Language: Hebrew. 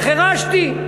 החרשתי.